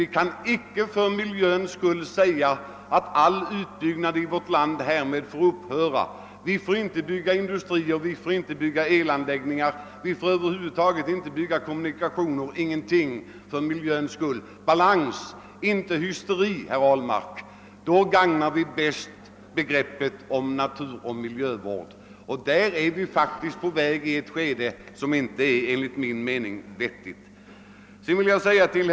Vi kan icke för miljöns skull säga att all utbyggnad i vårt land härmed måste upphöra: vi får inte bygga industrier, vi får inte bygga elanläggningar, vi får inte bygga kommunikationer, vi får över huvud taget inte bygga någonting för miljöns skuil. Balans, inte hysteri, herr Ahlmark — då gagnar vi bäst begreppet miljö och naturvård. Där är vi faktiskt på väg in i ett skede som det enligt min mening inte är vettigt att fortsätta i.